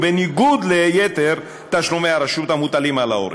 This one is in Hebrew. בניגוד ליתר תשלומי הרשות המוטלים על ההורים,